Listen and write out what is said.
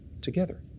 together